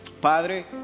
Padre